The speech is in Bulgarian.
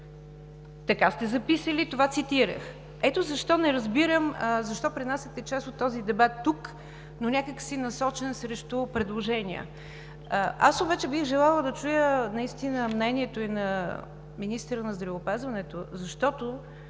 Така сте записали, това цитирах. Ето защо не разбирам защо пренасяте част от този дебат тук, но някак си насочен срещу предложения. Аз обаче бих желала да чуя мнението и на министъра на здравеопазването, защото,